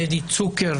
דדי צוקר